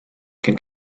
can